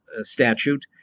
statute